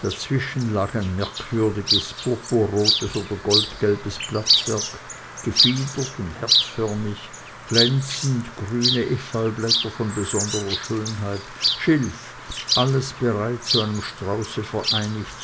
dazwischen lag merkwürdiges purpurrotes oder goldgelbes blattwerk gefiedert und herzförmig glänzend grüne efeublätter von besonderer schönheit schilf alles bereit zu einem strauße vereinigt